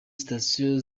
sitasiyo